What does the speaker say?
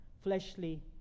fleshly